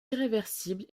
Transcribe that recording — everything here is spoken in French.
irréversible